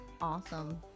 awesome